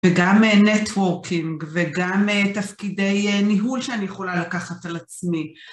וגם נטוורקינג וגם תפקידי ניהול שאני יכולה לקחת על עצמי.